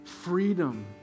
freedom